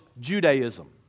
Judaism